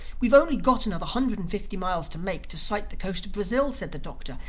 we've only got another hundred and fifty miles to make, to sight the coast of brazil, said the doctor.